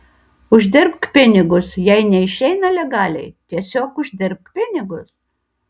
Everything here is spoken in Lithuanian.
uždirbk pinigus jei neišeina legaliai tiesiog uždirbk pinigus